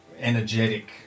energetic